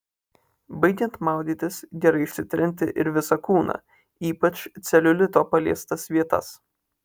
baigiant maudytis gerai išsitrinti ir visą kūną ypač celiulito paliestas vietas